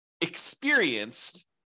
experienced